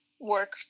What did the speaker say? work